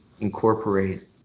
incorporate